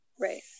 right